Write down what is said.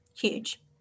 huge